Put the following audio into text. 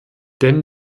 denn